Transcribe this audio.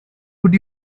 would